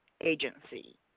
agency